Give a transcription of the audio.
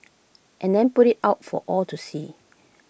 and then put IT out for all to see